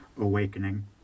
awakening